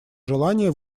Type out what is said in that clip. желание